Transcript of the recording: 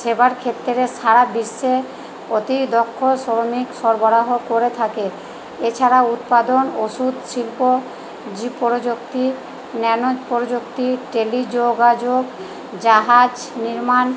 সেবার ক্ষেত্রে সারা বিশ্বে অতি দক্ষ সৈনিক সরবরাহ করে থাকে এছাড়াও উৎপাদন ওষুধ শিল্প প্রযুক্তি ন্যানো প্রযুক্তি টেলি যোগাযোগ জাহাজ নির্মাণ